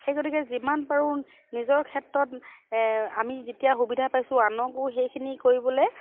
সেই গতিকে যিমান পাৰো নিজৰ ক্ষেত্ৰত আমি যেতিয়া সুবিধা পাইছো আনকো সেইখিনি কৰিবলৈ